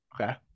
Okay